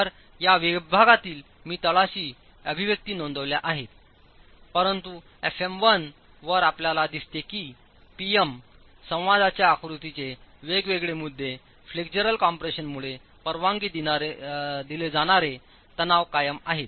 तर या विभागातील मी तळाशी अभिव्यक्ती नोंदवल्या आहेत परंतु fm 1 वर आपल्याला दिसते आहे की Pm संवादाच्या आकृतीचे वेगवेगळे मुद्दे फ्लेक्स्युलर कॉम्प्रेशनमुळे परवानगी दिले जाणारे तणाव कायम आहेत